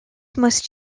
must